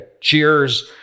cheers